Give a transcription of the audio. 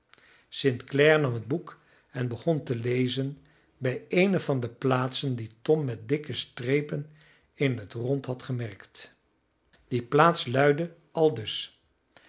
clare nam het boek en begon te lezen bij eene van de plaatsen die tom met dikke strepen in het rond had gemerkt die plaats luidde aldus